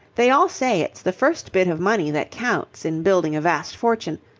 they all say it's the first bit of money that counts in building a vast fortune.